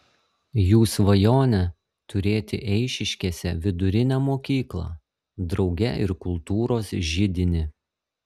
jų svajonė turėti eišiškėse vidurinę mokyklą drauge ir kultūros židinį